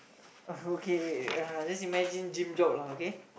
uh okay uh just imagine gym job lah okay